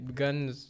guns